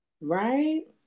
Right